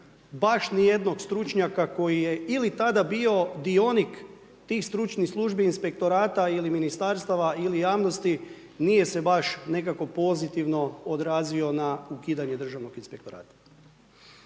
baš nijednog stručnjaka koji je ili tada bio dionik tih stručnih službi Inspektorata ili Ministarstava ili javnosti, nije se baš nekako pozitivno odrazio na ukidanje Državnog inspektorata.